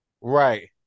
Right